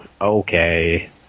okay